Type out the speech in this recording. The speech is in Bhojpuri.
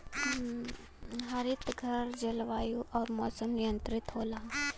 हरितघर जलवायु आउर मौसम नियंत्रित होला